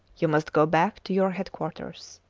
you must go back to your headquarters.